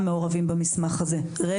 רמ"י כולם מעורבים במסמך הזה.